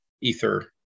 Ether